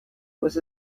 was